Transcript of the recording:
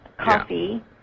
coffee